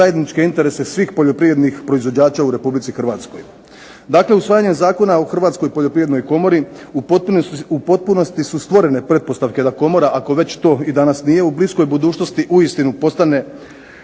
zajedničke interese svih poljoprivrednih proizvođača u Republici Hrvatskoj. Dakle, usvajanjem Zakona o Hrvatskoj poljoprivrednoj komori, u potpunosti su stvorene pretpostavke da Komora ako to već danas i nije u bliskoj budućnosti uistinu postane